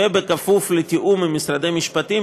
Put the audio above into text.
ובכפוף לתיאום עם משרדי המשפטים,